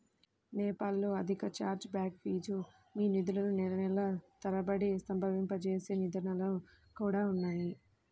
PayPal లో అధిక chargeback fee, మీ నిధులను నెలల తరబడి స్తంభింపజేసే నిబంధనలు కూడా ఉన్నాయి